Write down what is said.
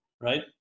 right